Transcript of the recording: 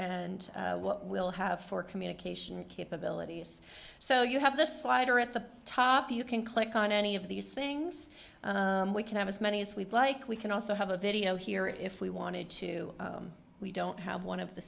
and what we'll have for communication capabilities so you have the slider at the top you can click on any of these things we can have as many as we'd like we can also have a video here if we wanted to we don't have one of the